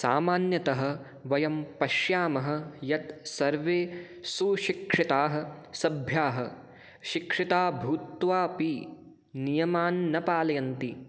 सामान्यतः वयं पश्यामः यत् सर्वे सुशिक्षिताः सभ्याः शिक्षिताः भूत्वापि नियमान् न पालयन्ति